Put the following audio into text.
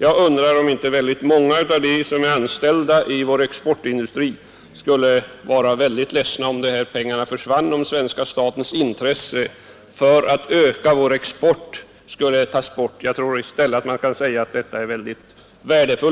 Jag undrar om inte många av dem som är anställda i vår exportindustri skulle bli väldigt ledsna om de här pengarna försvann och staten alltså slutade att visa intresse för att öka vår export. Jag tycker att det är mycket värdefullt att man på det